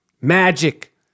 Magic